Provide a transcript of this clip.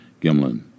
Gimlin